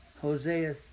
hosea